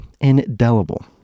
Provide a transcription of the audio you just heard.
indelible